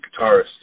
guitarist